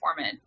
performant